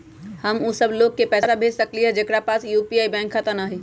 हम उ सब लोग के पैसा भेज सकली ह जेकरा पास यू.पी.आई बैंक खाता न हई?